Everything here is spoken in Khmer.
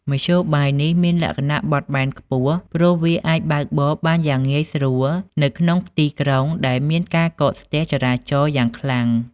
មធ្យោបាយនេះមានលក្ខណៈបត់បែនខ្ពស់ព្រោះវាអាចបើកបរបានយ៉ាងងាយស្រួលនៅក្នុងទីក្រុងដែលមានការកកស្ទះចរាចរណ៍យ៉ាងខ្លាំង។